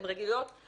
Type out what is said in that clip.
הן רגילות.